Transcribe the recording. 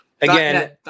again